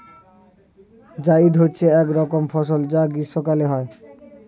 জায়িদ হচ্ছে এক রকমের ফসল যা গ্রীষ্মকালে হয়